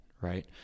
right